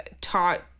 taught